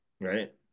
right